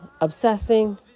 obsessing